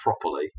properly